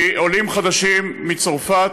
מעולים חדשים מצרפת,